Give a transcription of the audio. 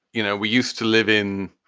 you know, we used to live in